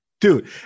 dude